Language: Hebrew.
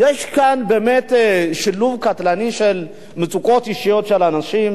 יש כאן באמת שילוב קטלני של מצוקות אישיות של אנשים,